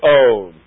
own